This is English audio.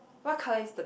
what colour is the